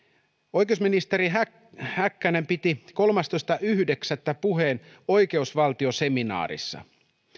oikeusministeri häkkänen piti kolmastoista yhdeksättä puheen oikeusvaltioseminaarissa